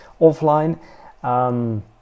offline